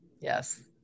Yes